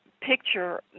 picture